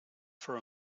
for